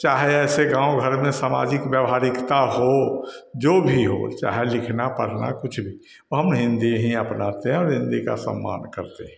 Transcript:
चाहे ऐसे गाँव घर में सामाज़िक व्यवहारिकता हो जो भी हो चाहे लिखना पढ़ना कुछ भी हम हिन्दी ही अपनाते हैं और हिन्दी का सम्मान करते हैं